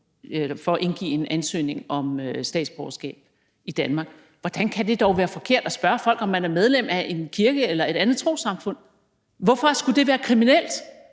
for at indgive en ansøgning om statsborgerskab i Danmark. Hvordan kan det dog være forkert at spørge folk, om man er medlem af en kirke eller et andet trossamfund? Hvorfor skulle det være kriminelt?